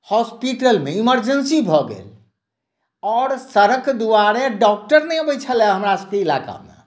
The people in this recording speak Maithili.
हॉस्पीटल मे इमरजेंसी भऽ गेल आओर सड़क दुआरे डॉक्टर नहि अबै छलए हमरासभक इलाकामे